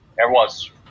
everyone's